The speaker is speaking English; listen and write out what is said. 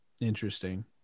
Interesting